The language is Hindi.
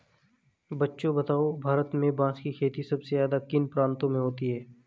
बच्चों बताओ भारत में बांस की खेती सबसे ज्यादा किन प्रांतों में होती है?